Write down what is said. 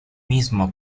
mismo